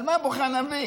על מה בוכה הנביא?